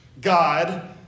God